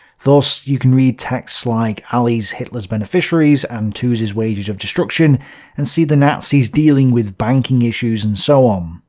thus, you can read texts like aly's hitler's beneficiaries and tooze's wages of destruction and see the nazis dealing with banking issues and so um